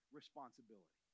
responsibility